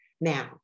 Now